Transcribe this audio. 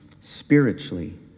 spiritually